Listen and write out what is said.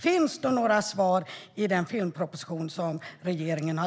Finns det några svar i den filmproposition som regeringen har?